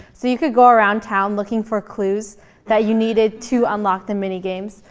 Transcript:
so you could go around town looking for clues that you needed to unlock the minigames.